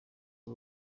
ari